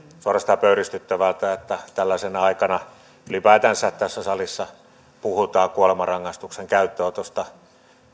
suorastaan pöyristyttävältä että tällaisena aikana ylipäätänsä tässä salissa puhutaan kuolemanrangaistuksen käyttöönotosta